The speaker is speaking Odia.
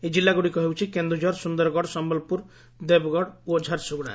ଏହି ଜିଲ୍ଲାଗୁଡ଼ିକ ହେଉଛି କେନ୍ଦୁଝର ସୁନ୍ଦରଗଡ଼ ସମ୍ୟଲପୁର ଦେବଗଡ଼ ଓ ଝାରସୁଗୁଡ଼ା